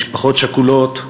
משפחות שכולות,